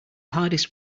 hardest